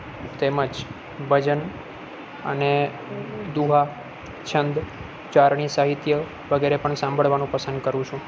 તેમ જ ભજન અને દુહા છંદ ચારણી સાહિત્ય વગેરે પણ સાંભળવાનું પસંદ કરું છું